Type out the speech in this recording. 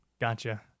Gotcha